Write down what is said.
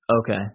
Okay